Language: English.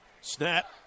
snap